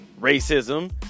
racism